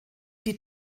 die